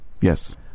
Yes